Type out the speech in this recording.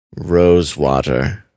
Rosewater